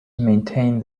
maintained